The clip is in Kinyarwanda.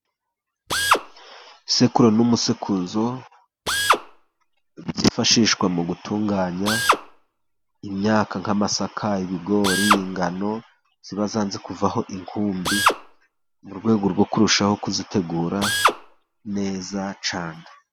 Isekuru n'umusekuzo byifashishwa mu gutunganya imyaka nk'amasaka, ibigori, ingano ziba zanze kuvaho inkumbi, mu rwego rwo kurushaho kuzitegura neza cyane.